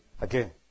again